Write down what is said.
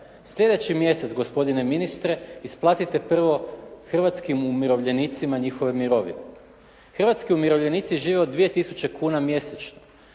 Sljedeći mjesec, gospodine ministre, isplatite prvo hrvatskim umirovljenicima njihove mirovine. Hrvatski umirovljenici žive od 2000 kuna mjesečno.